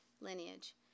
lineage